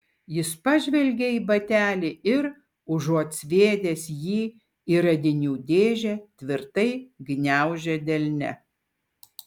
jis pažvelgė į batelį ir užuot sviedęs jį į radinių dėžę tvirtai gniaužė delne